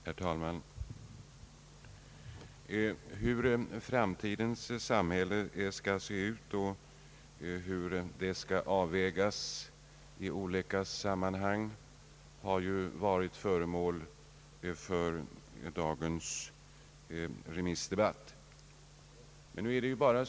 Herr talman! Hur framtidens samhälle skall se ut och hur det skall avvägas i olika sammanhang har ju varit föremål för debatt här i dag.